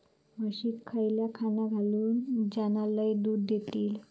म्हशीक खयला खाणा घालू ज्याना लय दूध देतीत?